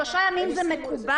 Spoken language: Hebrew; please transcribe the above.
שלושה ימים זה מקובל.